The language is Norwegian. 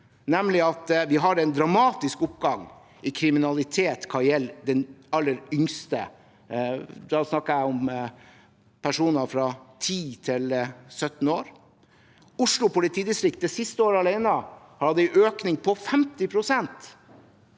nemlig at vi har en dramatisk oppgang i kriminalitet blant de aller yngste, og da snakker vi om personer fra 10 år til 17 år. Oslo politidistrikt har det siste året alene hatt en økning på 50 pst.